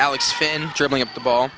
alex finn dribbling up the ball